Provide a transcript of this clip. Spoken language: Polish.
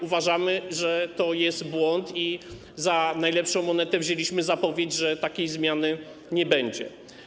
Uważamy, że to jest błąd, i za najlepszą monetę wzięliśmy zapowiedź, że takiej zmiany nie będzie.